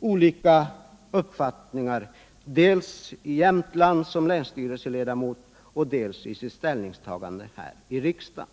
olika uppfattningar, dels som länsstyrelseledamot i Jämtland, dels som ledamot av riksdagen.